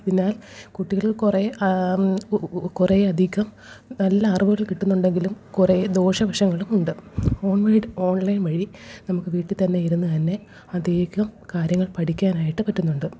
അതിനാല് കുട്ടികള് കുറേ കുറേ അധികം നല്ല അറിവുകള് കിട്ടുന്നുണ്ടെങ്കിലും കുറേ ദോഷവശങ്ങളും ഉണ്ട് ഓൺലൈൻ ഓൺലൈൻ വഴി നമുക്ക് വീട്ടിൽ തന്നെ ഇരുന്നു തന്നെ അധികം കാര്യങ്ങൾ പഠിക്കാനായിട്ടു പറ്റുന്നുണ്ട്